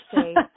say